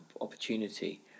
opportunity